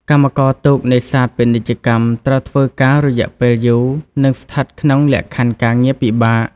កម្មករទូកនេសាទពាណិជ្ជកម្មត្រូវធ្វើការ រយៈពេលយូរ និងស្ថិតក្នុងលក្ខខណ្ឌការងារពិបាក។